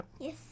Yes